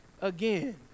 again